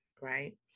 Right